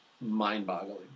mind-boggling